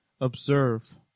Observe